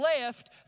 left